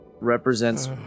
represents